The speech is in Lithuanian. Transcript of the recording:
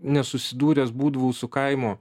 nesusidūręs būdavau su kaimo